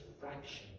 fraction